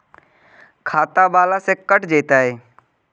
खाता बाला से कट जयतैय?